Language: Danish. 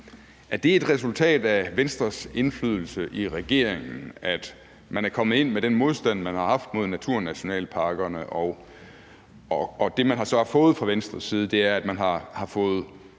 Er det et resultat af Venstres indflydelse i regeringen – man er kommet ind med den modstand, man har haft mod naturnationalparkerne, og det, man så har fået i Venstre, er, at man har fået